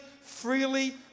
freely